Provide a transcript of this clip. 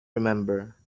remember